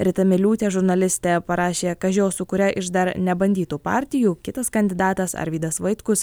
rita miliūtė žurnalistė parašė kaži o su kuria iš dar nebandytų partijų kitas kandidatas arvydas vaitkus